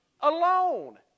alone